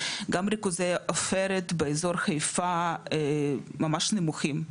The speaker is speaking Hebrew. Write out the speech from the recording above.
גם ריכוזי עופרת באזור חיפה ממש נמוכים,